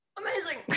amazing